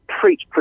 preach